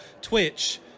Twitch